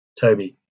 Toby